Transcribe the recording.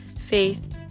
faith